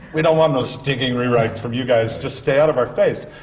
we don't want no stinkin' rewrites from you guys, just stay out of our face!